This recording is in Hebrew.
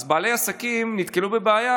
אז בעלי העסקים נתקלו בבעיה,